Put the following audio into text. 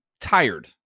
tired